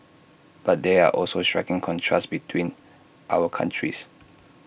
but there are also striking contrasts between our countries